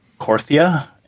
Corthia